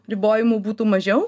ribojimų būtų mažiau